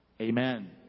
Amen